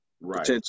Right